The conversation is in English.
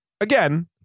again